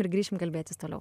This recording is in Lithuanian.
ir grįšim kalbėtis toliau